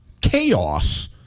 chaos